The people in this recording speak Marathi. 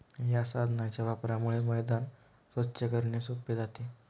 या साधनाच्या वापरामुळे मैदान स्वच्छ करणे सोपे जाते